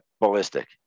ballistic